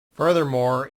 furthermore